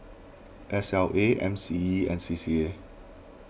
S L A M C E and C C A